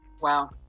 Wow